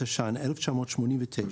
התש"ן-1989,